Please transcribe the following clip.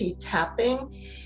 tapping